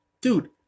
Dude